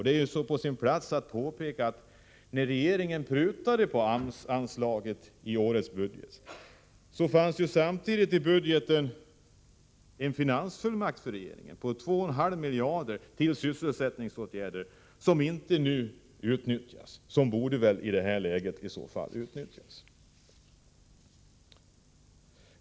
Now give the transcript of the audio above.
Det är på sin plats att påpeka att när regeringen prutade på anslagen till AMS i årets budget, fanns samtidigt i budgeten en finansfullmakt för regeringen på 2,5 miljarder kronor till sysselsättningsåtgärder, som inte utnyttjats men som i det här läget väl borde utnyttjas.